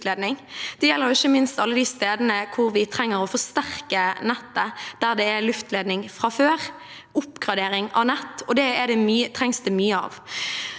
Det gjelder ikke minst alle de stedene hvor vi trenger å forsterke nettet, der det er luftledning fra før, og oppgradering av nett trengs det mye av.